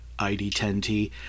ID10T